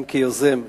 גם כיוזם,